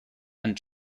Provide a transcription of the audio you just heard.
and